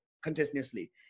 continuously